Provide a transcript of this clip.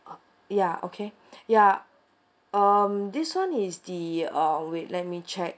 ya okay ya um this one is the uh wait let me check